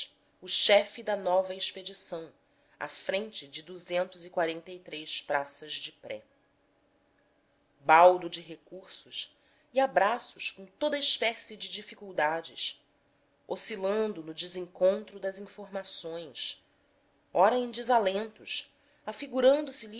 o chefe da nova expedição à frente de praças de pré baldo de recursos e a braços com toda espécie de dificuldades oscilando no desencontro das informações ora em desalentos